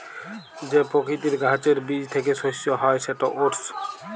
যে পকিতির গাহাচের বীজ থ্যাইকে শস্য হ্যয় সেট ওটস